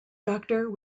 doctor